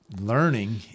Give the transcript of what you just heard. learning